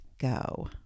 go